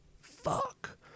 Fuck